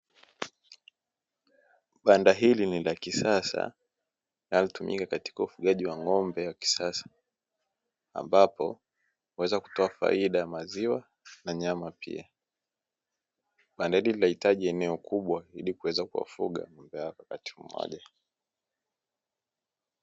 Banda hili ni la kisasa linalotumika katika ufugaji wa ng'ombe wa kisasa ambapo huweza kutoa faida ya maziwa na nyama pia, banda huli linahitaji eneo kubwa ili kuweza kuwafuga ng'ombe hao kwa wakati mmoja.